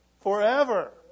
Forever